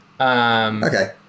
Okay